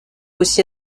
aussi